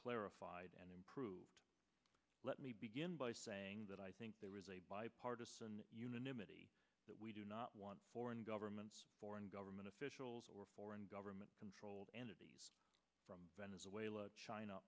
clarified and improved let me begin by saying that i think there is a bipartisan unanimity that we do not want foreign governments foreign government officials or foreign government controlled entities from venezuela china